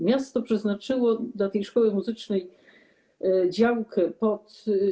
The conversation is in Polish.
Miasto przeznaczyło dla tej szkoły muzycznej działkę pod.